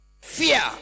fear